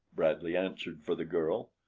bradley answered for the girl.